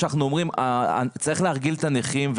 צריך להרגיל את הנכים,